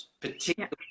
particularly